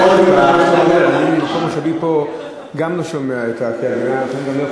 אני אחזור על זה עוד פעם, עוד פעם ועוד פעם.